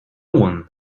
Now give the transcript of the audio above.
one